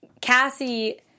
Cassie